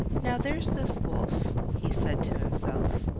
now, there's this wolf, he said to himself,